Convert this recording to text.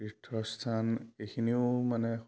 তীৰ্থস্থান এইখিনিও মানে